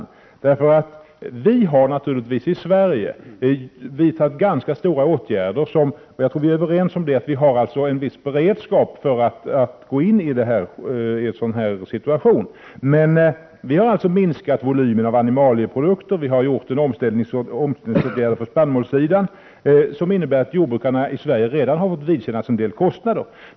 I Sverige har vi naturligtvis vidtagit ganska stora åtgärder, och jag tror vi är överens om att vi har en viss beredskap för att gå in i en sådan här situation. Vi har alltså minskat volymen av animalieprodukter och vi har vidtagit omställningsåtgärder på spannmålssidan. Detta innebär att jordbrukarna i Sverige redan har fått vidkännas en del kostnader.